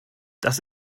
das